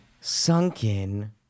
sunken